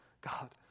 God